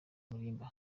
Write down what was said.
malimba